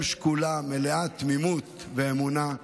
אם שכולה מלאת תמימות ואמונה.